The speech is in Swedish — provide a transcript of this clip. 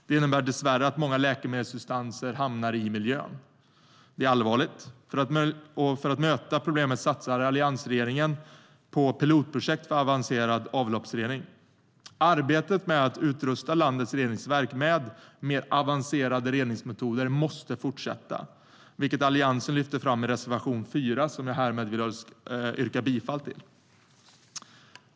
Det innebär dessvärre att många läkemedelssubstanser hamnar i miljön. Det är allvarligt, och för att möta problemet satsade alliansregeringen på pilotprojekt för avancerad avloppsrening. Arbetet med att utrusta landets reningsverk med mer avancerade reningsmetoder måste fortsätta, vilket Alliansen lyfter fram i reservation 4 som jag härmed också yrkar bifall till.